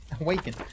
Awaken